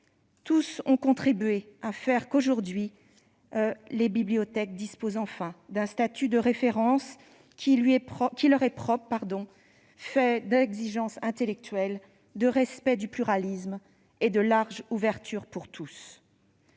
Tous ont contribué à faire qu'aujourd'hui les bibliothèques disposent enfin d'un statut de référence qui leur est propre, fait d'exigence intellectuelle, de respect du pluralisme et de large ouverture pour tous.